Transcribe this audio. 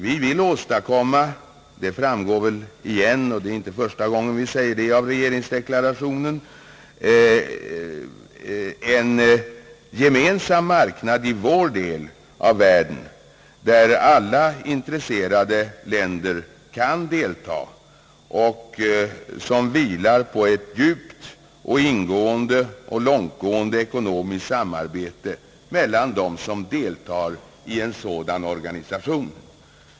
Vi vill åstadkomma — det framgår av regeringsdeklarationen, och det är inte första gången vi säger det — en gemensam marknad i vår del av världen, där alla intresserade länder kan delta och som vilar på ett djupt, ingående och även långtgående samarbete mellan dem som ingår i en sådan organisation.